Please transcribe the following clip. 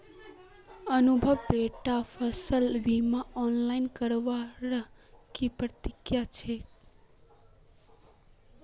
अनुभव बेटा फसल बीमा ऑनलाइन करवार की प्रक्रिया छेक